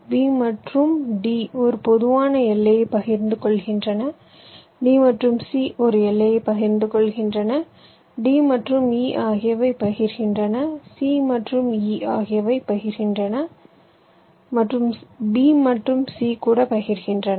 B மற்றும் D ஒரு பொதுவான எல்லையைப் பகிர்ந்து கொள்கின்றன D மற்றும் C ஒரு எல்லையைப் பகிர்ந்து கொள்கின்றன D மற்றும் E ஆகியவை பகிர்கின்றன C மற்றும் E ஆகியவை பகிர்கின்றன B மற்றும் C கூட பகிர்கின்றன